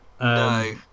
no